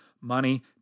money